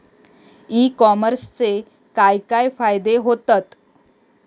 E कॉमर्सचे काय काय फायदे होतत?